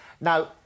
Now